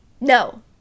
no